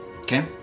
Okay